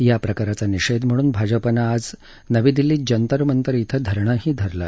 या प्रकाराचा निषेध म्हणून भाजपानं आज नवी दिल्लीत जंतर मंतर इथं धरणही धरलं